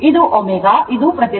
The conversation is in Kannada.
ಇದು ω ಇದು ಪ್ರತಿರೋಧ